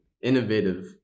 Innovative